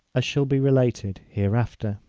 ah shall be related hereafter.